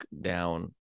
down